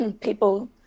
people